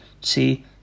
see